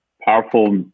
powerful